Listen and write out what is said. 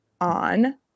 on